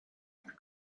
and